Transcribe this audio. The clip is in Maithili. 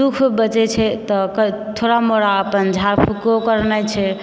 दुःख बचै छै तऽ थोड़ा मोड़ा अपन झाड़ फूँको करनाइ छै